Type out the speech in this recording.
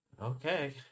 Okay